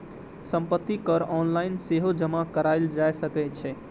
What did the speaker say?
संपत्ति कर ऑनलाइन सेहो जमा कराएल जा सकै छै